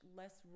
less